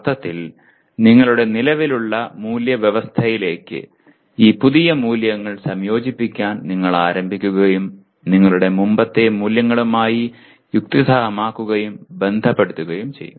അർത്ഥത്തിൽ നിങ്ങളുടെ നിലവിലുള്ള മൂല്യവ്യവസ്ഥയിലേക്ക് ഈ പുതിയ മൂല്യങ്ങൾ സംയോജിപ്പിക്കാൻ നിങ്ങൾ ആരംഭിക്കുകയും നിങ്ങളുടെ മുമ്പത്തെ മൂല്യങ്ങളുമായി യുക്തിസഹമാക്കുകയും ബന്ധപ്പെടുത്തുകയും ചെയ്യും